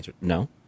no